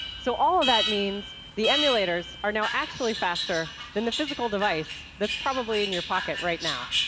so all of that means the emulators are now actually faster than the physical device that's probably in your pocket right now.